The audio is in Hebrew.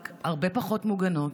רק הרבה פחות מוגנות,